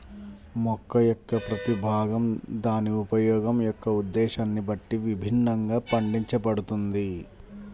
మొక్క యొక్క ప్రతి భాగం దాని ఉపయోగం యొక్క ఉద్దేశ్యాన్ని బట్టి విభిన్నంగా పండించబడుతుంది